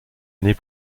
années